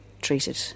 treated